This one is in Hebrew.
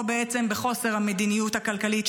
או בעצם בחוסר המדיניות הכלכלית,